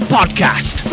podcast